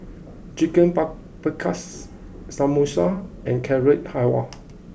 Chicken Paprikas Samosa and Carrot Halwa